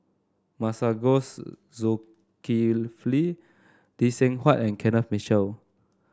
Masagos Zulkifli Lee Seng Huat and Kenneth Mitchell